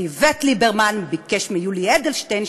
כי איווט ליברמן ביקש מיולי אדלשטיין,